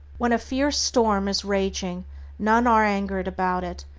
when a fierce storm is raging none are angered about it,